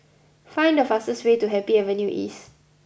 find the fastest way to Happy Avenue East